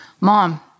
Mom